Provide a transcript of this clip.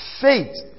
faith